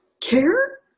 care